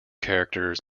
characters